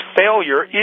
failure